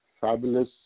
fabulous